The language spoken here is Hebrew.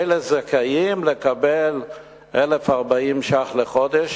אלה זכאים לקבל 1,040 ש"ח לחודש,